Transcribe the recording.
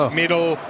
middle